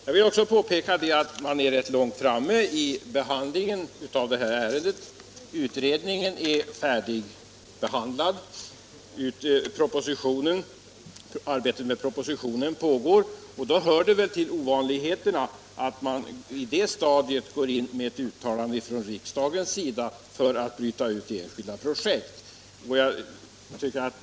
Jag vill också påpeka att man är rätt långt framme i behandlingen av detta ärende. Utredningen är färdigbehandlad och arbetet med propositionen pågår. Det hör väl till ovanligheterna att man i det stadiet går in med ett uttalande från riksdagens sida för att bryta ut enskilda projekt.